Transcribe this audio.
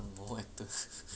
ang moh actor